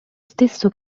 stesso